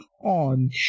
on